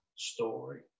Story